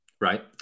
right